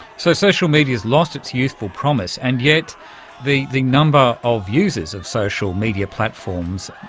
so social media has lost its youthful promise, and yet the the number of users of social media platforms,